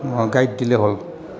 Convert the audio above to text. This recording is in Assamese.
অঁ গাইড দিলে হ'ল